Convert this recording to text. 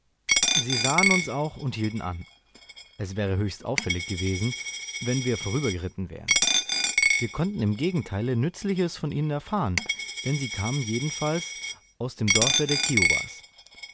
sie sahen uns auch und hielten an es wäre höchst auffällig gewesen wenn wir vorüber geritten wären wir konnten im gegenteile nützliches von ihnen erfahren denn sie kamen jedenfalls aus dem dorfe der kiowas